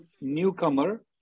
newcomer